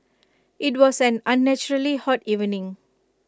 IT was an unnaturally hot evening